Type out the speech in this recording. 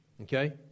okay